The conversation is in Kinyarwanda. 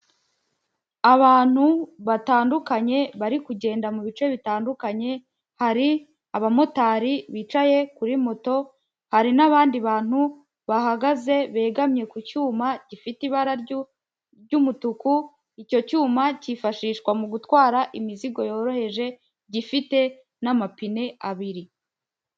Abantu batandukanye bari kugenda mubi bice bitandukanye, hari abamotari bicaye kuri moto, hari n'abandi bantu bahagaze begamye ku cyuma gifite ibara ry'umutuku, icyo cyuma cyifashishwa mu gutwara imizigo yoroheje gifite n'amapine abiri.